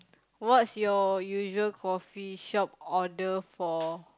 what's your usual coffee shop order for